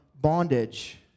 bondage